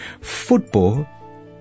Football